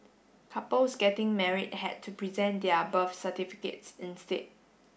couples getting married had to present their birth certificates instead